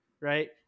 right